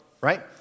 right